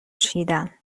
چیدن